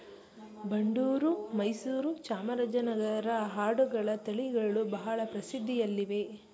ಬಂಡೂರು, ಮೈಸೂರು, ಚಾಮರಾಜನಗರನ ಆಡುಗಳ ತಳಿಗಳು ಬಹಳ ಪ್ರಸಿದ್ಧಿಯಲ್ಲಿವೆ